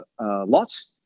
lots